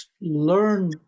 learn